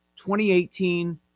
2018